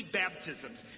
baptisms